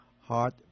heart